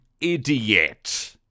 idiot